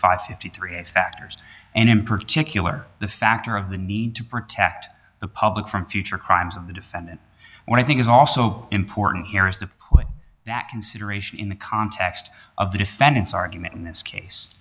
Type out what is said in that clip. and fifty three of factors and in particular the factor of the need to protect the public from future crimes of the defendant what i think is also important here is to put that consideration in the context of the defendant's argument in this case